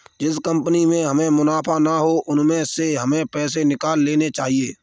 जिस कंपनी में हमें मुनाफा ना हो उसमें से हमें पैसे निकाल लेने चाहिए